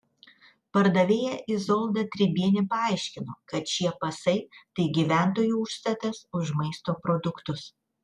pardavėja izolda tribienė paaiškino kad šie pasai tai gyventojų užstatas už maisto produktus